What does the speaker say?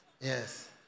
Yes